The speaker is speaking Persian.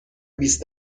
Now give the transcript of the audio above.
بیست